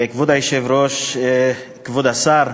כבוד היושב-ראש, כבוד השר,